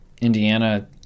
Indiana